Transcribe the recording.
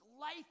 life